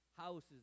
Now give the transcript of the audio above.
houses